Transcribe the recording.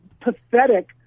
pathetic